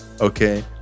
Okay